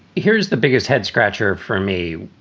here's the biggest head scratcher for me,